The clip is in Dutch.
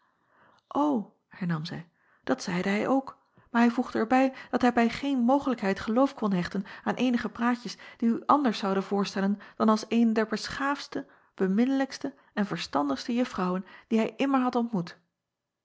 hernam zij dat zeide hij ook maar hij voegde er bij dat hij bij geen mogelijkheid geloof kon hechten aan eenige praatjes die u anders zouden voorstellen dan als eene der beschaafdste beminnelijkste en verstandigste uffrouwen die hij immer had ontmoet